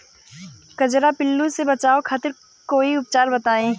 कजरा पिल्लू से बचाव खातिर कोई उपचार बताई?